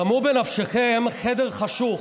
דמו בנפשכם חדר חשוך,